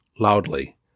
Loudly